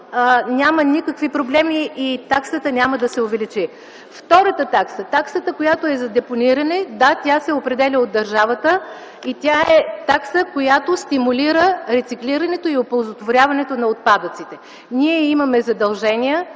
няма никакви проблеми и таксата няма да се увеличи. Втората такса – таксата, която е за депониране. Да, тя се определя от държавата и тя е такса, която стимулира рециклирането и оползотворяването на отпадъците. Ние имаме конкретни